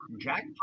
Jack